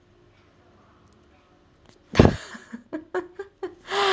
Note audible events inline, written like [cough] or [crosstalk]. [laughs]